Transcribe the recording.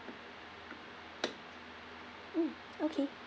mm okay